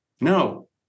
No